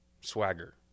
swagger